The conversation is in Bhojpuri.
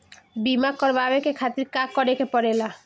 बीमा करेवाए के खातिर का करे के पड़ेला?